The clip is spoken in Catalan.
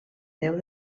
déu